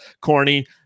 corny